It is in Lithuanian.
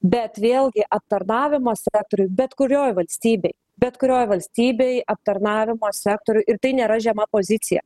bet vėlgi aptarnavimo sektoriuj bet kurioj valstybėj bet kurioj valstybėj aptarnavimo sektoriuj ir tai nėra žema pozicija